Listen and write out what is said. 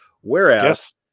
whereas